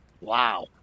Wow